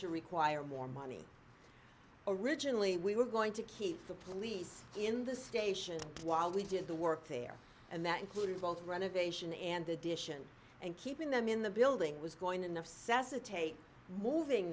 to require more money originally we were going to keep the police in the station while we did the work there and that included both renovation and addition and keeping them in the building was going of sesa take moving